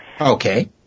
Okay